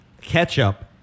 Ketchup